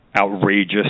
outrageous